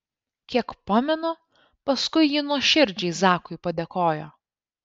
kiek pamenu paskui ji nuoširdžiai zakui padėkojo